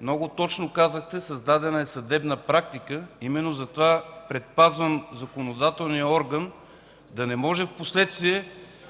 много точно казахте – създадена е съдебна практика. Именно затова предпазвам законодателния орган – да не може впоследствие